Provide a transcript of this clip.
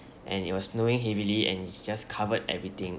and it was snowing heavily and it's just covered everything